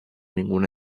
ninguna